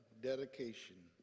dedication